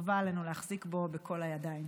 וחובה עלינו להחזיק בו בכל הידיים.